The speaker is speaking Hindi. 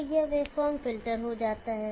तो यह वेवफॉर्म फ़िल्टर हो जाता है